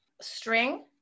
string